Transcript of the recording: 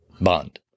Bond